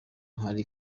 hari